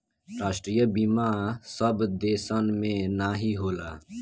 राष्ट्रीय बीमा सब देसन मे नाही होला